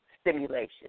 stimulation